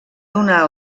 donar